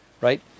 right